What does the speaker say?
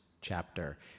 chapter